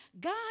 God